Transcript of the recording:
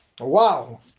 wow